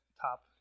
top